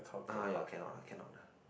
ah ya cannot cannot ah